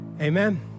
Amen